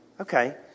Okay